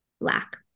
black